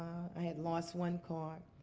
i had lost one car.